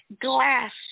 glass